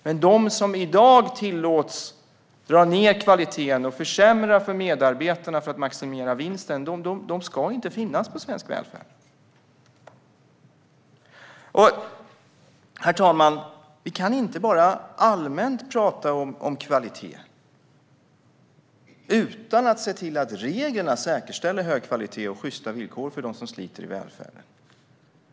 Men de som i dag tillåts dra ned på kvaliteten och försämra för medarbetarna för att maximera vinsten ska inte finnas i svensk välfärd. Herr talman! Vi kan inte bara allmänt tala om kvalitet utan att se till att reglerna säkerställer hög kvalitet och sjysta villkor för dem som sliter i välfärden.